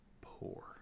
poor